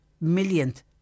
millionth